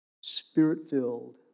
spirit-filled